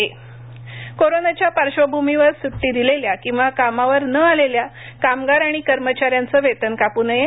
कामगार सुचना कोरोनाच्या पार्श्वभूमीवर सुट्टी दिलेल्या किंवा कामावर न आलेल्या कामगार आणि कर्मचार्यांचं वेतन कापू नये